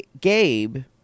Gabe